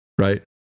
Right